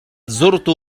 زرت